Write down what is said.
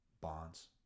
bonds